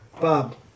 Bob